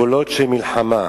קולות של מלחמה,